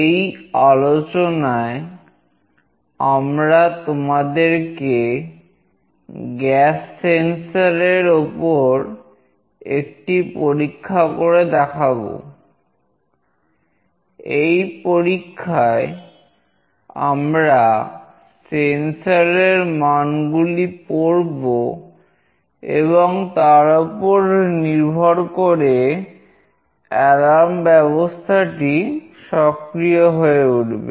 এই আলোচনায় আমরা তোমাদেরকে গ্যাস সেন্সরব্যবস্থাটি সক্রিয় হয়ে উঠবে